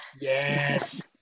yes